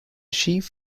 chief